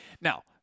Now